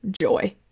joy